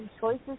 choices